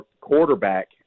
quarterback